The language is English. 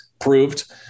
proved